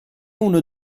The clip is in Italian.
uno